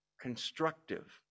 constructive